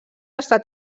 estat